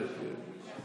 זה המקסימום בשלב הזה, כן.